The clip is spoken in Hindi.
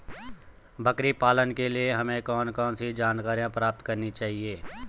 बकरी पालन के लिए हमें कौन कौन सी जानकारियां प्राप्त करनी चाहिए?